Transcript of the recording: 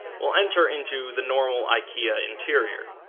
will enter into the normal ikea interior